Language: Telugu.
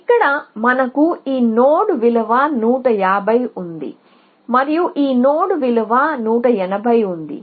ఇక్కడ మనకు ఈ నోడ్ విలువ 150 ఉంది మరియు ఈ నోడ్ విలువ 180 ఉంది